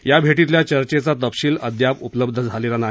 या भेटीतल्या चर्चेचा तपशील अद्याप उपलब्ध झालेला नाही